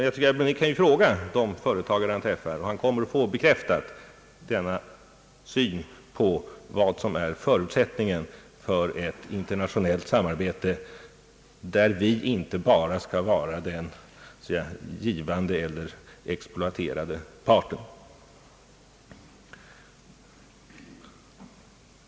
Han kan fråga de företagare han träffar, och han kommer då att få bekräftat denna syn på vad som är förutsättningen för ett internationellt samarbete där vi inte bara skall vara den givande eller exploate rande parten.